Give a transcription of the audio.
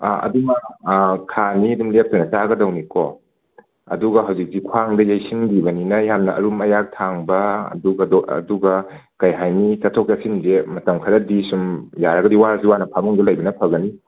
ꯑꯗꯨꯃ ꯊꯥ ꯑꯅꯤ ꯑꯗꯨꯝ ꯂꯦꯞꯇꯅ ꯆꯥꯒꯗꯧꯅꯤꯀꯣ ꯑꯗꯨꯒ ꯍꯧꯖꯤꯛꯀꯤ ꯈ꯭ꯋꯥꯡꯗ ꯌꯩꯁꯤꯟꯈꯤꯕꯅꯤꯅ ꯌꯥꯝꯅ ꯑꯔꯨꯝ ꯑꯌꯥꯛ ꯊꯥꯡꯕ ꯑꯗꯨꯒꯗꯣ ꯑꯗꯨꯒ ꯀꯩ ꯍꯥꯏꯅꯤ ꯆꯠꯊꯣꯛ ꯆꯠꯁꯤꯟꯁꯦ ꯃꯇꯝ ꯈꯔꯗꯤ ꯁꯨꯝ ꯌꯥꯔꯒꯗꯤ ꯋꯥꯔꯁꯨ ꯋꯥꯅ ꯐꯃꯨꯡꯗ ꯂꯩꯕꯅ ꯐꯒꯅꯤ